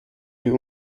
wir